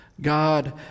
God